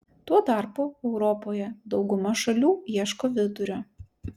tuo tarpu europoje dauguma šalių ieško vidurio